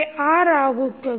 ಆಗುತ್ತದೆ